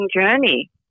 journey